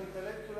אתה מתעלם,